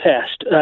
test